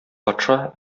патша